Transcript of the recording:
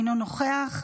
אינו נוכח,